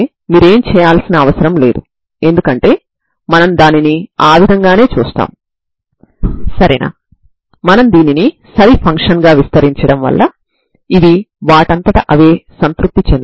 మీరు మరొక పరిష్కారంగా sin μ ని పొందినప్పటికీ అది కూడా నిజానికి sin μ ని స్థిరాంకం తో గుణించడం వల్ల వచ్చిన విలువకి సమానమవుతుంది